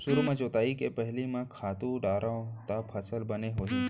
सुरु म जोताई के पहिली का खातू डारव त फसल बने होही?